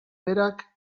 berak